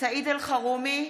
סעיד אלחרומי,